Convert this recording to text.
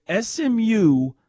SMU